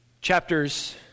chapters